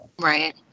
Right